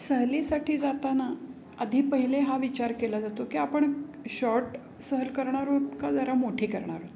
सहलीसाठी जाताना आधी पहिले हा विचार केला जातो की आपण शॉर्ट सहल करणार आहोत का जरा मोठी करणार आहोत